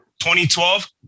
2012